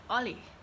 Ollie